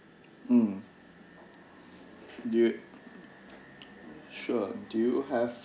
mm yup sure do you have